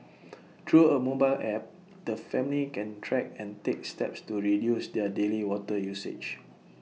through A mobile app the family can track and take steps to reduce their daily water usage